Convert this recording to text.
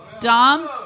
Dom